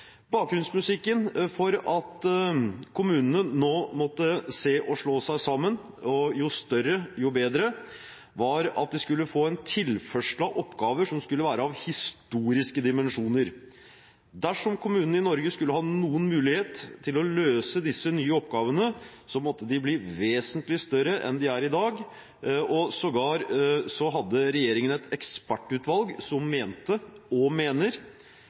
Bakgrunnsmusikken for at kommunene nå måtte se å slå seg sammen – jo større, jo bedre – var at de skulle få tilført oppgaver av historiske dimensjoner. Dersom kommunene i Norge skulle ha noen mulighet til å løse disse nye oppgavene, måtte de bli vesentlig større enn de er i dag. Sågar hadde regjeringen et ekspertutvalg som mente og mener